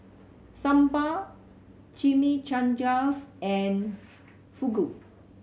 Sambar Chimichangas and Fugu